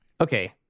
okay